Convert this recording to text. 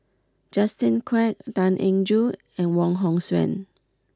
Justin Quek Tan Eng Joo and Wong Hong Suen